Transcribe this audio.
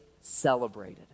celebrated